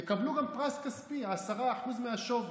יקבלו גם פרס כספי, 10% מהשווי.